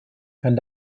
kann